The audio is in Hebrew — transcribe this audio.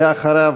ואחריו,